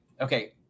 Okay